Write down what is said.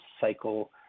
cycle